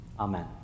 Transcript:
Amen